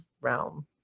realm